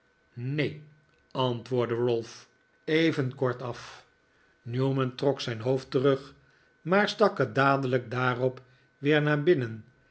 neen antwoordde ralph even kortaf newman trok zijn hoofd terug maar stak het dadelijk daarop weer naar binnen